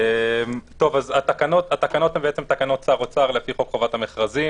אז התקנות הן תקנות שר אוצר לפי חוק חובת המכרזים.